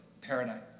paradise